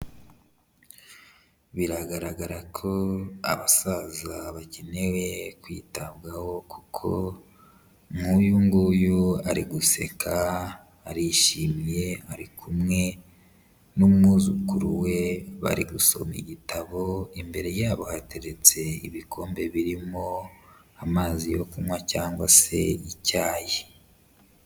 Biragaragara ko abasaza bakeneye kwitabwaho kuko nk'uyu nguyu ari guseka, arishimye, ari kumwe n'umwuzukuru we, bari gusoma igitabo, imbere yabo hateretse ibikombe birimo amazi yo kunywa cyangwa se icyayi.